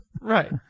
Right